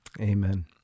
Amen